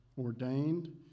ordained